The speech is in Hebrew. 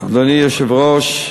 אדוני היושב-ראש,